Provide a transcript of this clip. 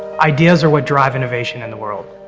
ideas are what drive innovation in the world?